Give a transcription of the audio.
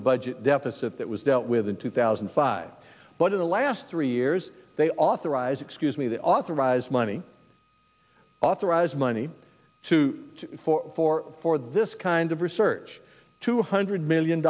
budget deficit that was dealt with in two thousand and five but in the last three years they authorized excuse me the authorized money authorized money for this kind of research two hundred million